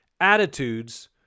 attitudes